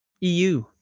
eu